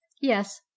yes